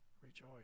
Rejoice